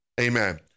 Amen